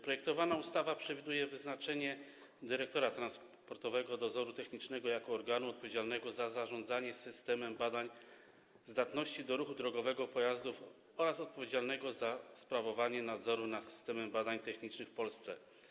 Projektowana ustawa przewiduje wyznaczenie dyrektora Transportowego Dozoru Technicznego jako organu odpowiedzialnego za zarządzenie systemem badań zdatności do ruchu drogowego pojazdów oraz odpowiedzialnego za sprawowanie nadzoru nad systemem badań technicznych w Polsce.